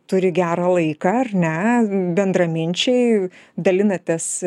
turi gerą laiką ar ne bendraminčiai dalinatės